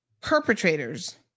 perpetrators